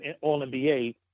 All-NBA